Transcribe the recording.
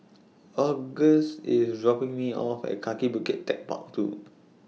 August IS dropping Me off At Kaki Bukit Techpark two